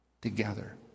together